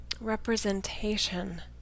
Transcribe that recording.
representation